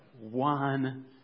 one